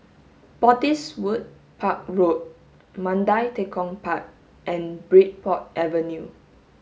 Park Road Mandai Tekong Park and Bridport Avenue